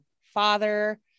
father